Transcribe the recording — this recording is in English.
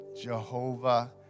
Jehovah